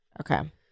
Okay